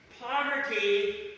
Poverty